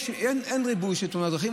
אין ריבוי של תאונות דרכים.